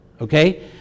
Okay